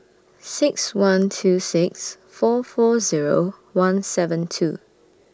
six one two six four four Zero one seven two